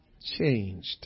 Changed